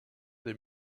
des